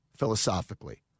philosophically